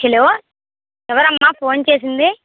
hello ఎవరు అమ్మా phone చేసింది